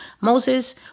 Moses